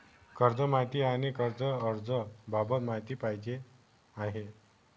कर्ज माहिती आणि कर्ज अर्ज बाबत माहिती पाहिजे आहे